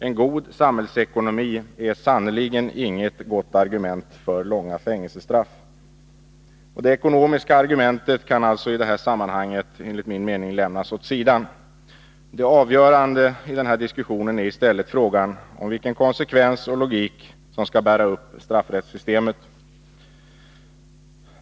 En god samhällsekonomi är sannerligen inget gott argument för långa fängelsestraff! Det ekonomiska argumentet kan alltså i det här sammanhanget enligt min mening lämnas åt sidan. Det avgörande i den här diskussionen är i stället frågan om vilken konsekvens och logik som skall bära upp straffrättssystemet.